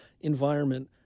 environment